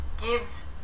gives